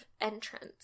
entrance